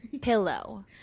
pillow